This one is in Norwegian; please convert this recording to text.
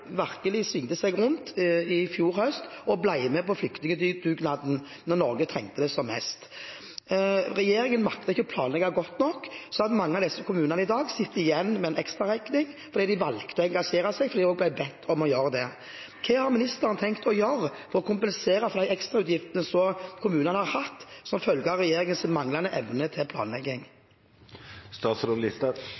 svingte seg virkelig rundt i fjor høst og ble med på flyktningdugnaden da Norge trengte det som mest. Regjeringen maktet ikke å planlegge godt nok, så mange av disse kommunene sitter i dag igjen med en ekstraregning fordi de valgte å engasjere seg da de ble bedt om det. Hva har ministeren tenkt å gjøre for å kompensere for de ekstrautgiftene kommunene har hatt som følge av regjeringens manglende evne til planlegging?